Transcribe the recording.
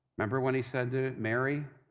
remember when he said to mary,